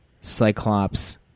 Cyclops